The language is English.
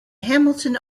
hamilton